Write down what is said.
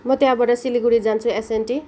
म त्यहाँबाट सिलगढी जान्छु एसएनटी